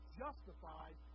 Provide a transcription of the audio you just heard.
justified